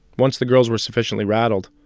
once the girls were sufficiently rattled,